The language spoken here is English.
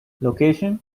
location